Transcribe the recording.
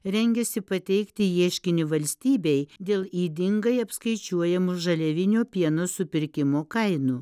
rengiasi pateikti ieškinį valstybei dėl ydingai apskaičiuojamų žaliavinio pieno supirkimo kainų